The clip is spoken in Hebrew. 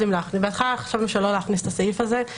חשבנו שלא להכניס את הסעיף הזה,